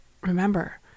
remember